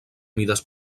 mides